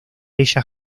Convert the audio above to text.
ellas